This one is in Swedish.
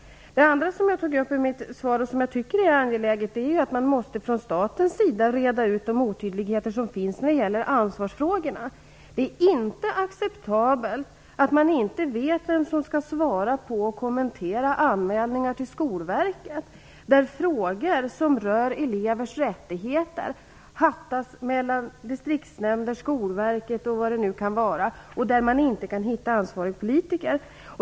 Det andra som jag tog upp och som jag tycker är angeläget är att jag tycker att man måste från statens sida reda ut de otydligheter som finns när det gäller ansvarsfrågorna. Det är inte acceptabelt att man inte vet vem som skall svara på och kommentera anmälningar till Skolverket, där frågor som rör elevers rättigheter hattas mellan distriktsnämnder, Skolverket och vad det nu kan vara och där man inte kan hitta ansvariga politiker.